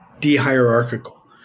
de-hierarchical